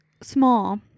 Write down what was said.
small –